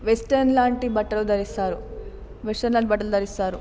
western లాంటి బట్టలు ధరిస్తారు వెస్ట్రన్ లాంటి బట్టలు ధరిస్తారు